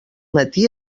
matí